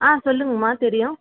ஆ சொல்லுங்கம்மா தெரியும்